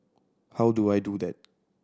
how do I do that